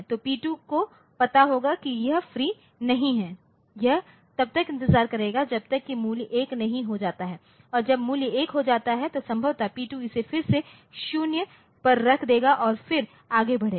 तो P2 को पता होगा कि यह फ्री नहीं है यह तब तक इंतजार करेगा जब तक कि मूल्य 1 नहीं हो जाता है और जब मूल्य 1 हो जाता है तो संभवतः P2 इसे फिर से 0 पर रख देगा और फिर आगे बढ़ेगा